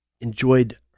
enjoyed